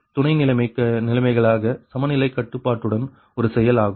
துணை நிலைமைகளாக சமநிலை கட்டுப்பாடுடன் ஒரு செயல் ஆகும்